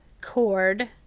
cord